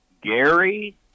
Gary